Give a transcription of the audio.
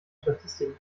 statistiken